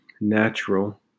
natural